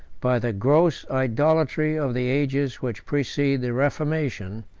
by the gross idolatry of the ages which precede the reformation,